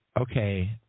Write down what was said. Okay